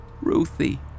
Ruthie